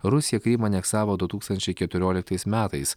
rusija krymą aneksavo du tūkstančiai keturioliktais metais